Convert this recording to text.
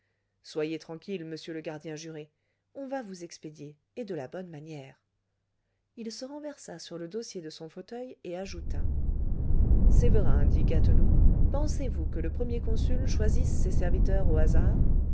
soyez tranquille monsieur le gardien juré on va vous expédier et de la bonne manière il se renversa sur le dossier de son fauteuil et ajouta sévérin dit gâteloup pensez-vous que le premier consul choisisse ses serviteurs au hasard